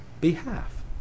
behalf